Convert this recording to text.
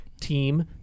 team